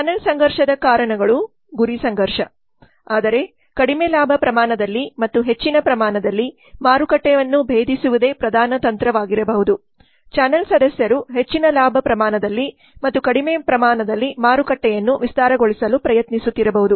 channel ಸಂಘರ್ಷದ ಕಾರಣಗಳು ಗುರಿ ಸಂಘರ್ಷ ಆದರೆ ಕಡಿಮೆ ಲಾಭ ಪ್ರಮಾಣನಲ್ಲಿ ಮತ್ತು ಹೆಚ್ಚಿನ ಪ್ರಮಾಣದಲ್ಲಿ ಮಾರುಕಟ್ಟೆಯನ್ನು ಭೇದಿಸುವುದೇ ಪ್ರಧಾನ ತಂತ್ರವಾಗಿರಬಹುದು ಚಾನೆಲ್ ಸದಸ್ಯರು ಹೆಚ್ಚಿನ ಲಾಭ ಪ್ರಮಾಣದಲ್ಲಿ ಮತ್ತು ಕಡಿಮೆ ಪ್ರಮಾಣದಲ್ಲಿ ಮಾರುಕಟ್ಟೆಯನ್ನು ವಿಸ್ತಾರಗೊಳಿಸಲು ಪ್ರಯತ್ನಿಸುತ್ತಿರಬಹುದು